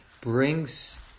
brings